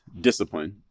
discipline